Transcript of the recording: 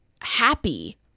happy